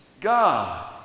God